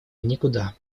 никуда